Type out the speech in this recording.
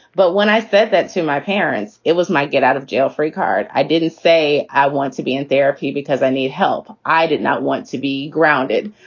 but when i said that to my parents, it was my get out of jail free card. i didn't say i want to be in therapy because i need help. i did not want to be grounded.